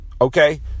okay